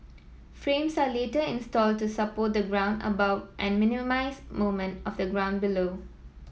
frames are later installed to support the ground above and minimise movement of the ground below